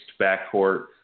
backcourt